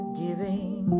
giving